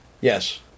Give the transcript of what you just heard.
Yes